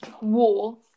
war